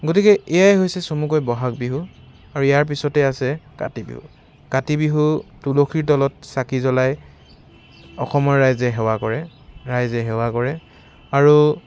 গতিকে এয়াই হৈছে চমুকৈ বহাগ বিহু আৰু ইয়াৰ পিছতেই আছে কাতি বিহু কাতি বিহু তুলসীৰ তলত চাকি জ্বলাই অসমৰ ৰাইজে সেৱা কৰে আৰু